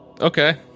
okay